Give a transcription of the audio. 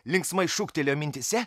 linksmai šūktelėjo mintyse